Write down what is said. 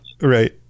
Right